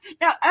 now